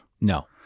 No